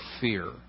fear